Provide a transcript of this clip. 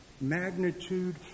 magnitude